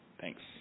Thanks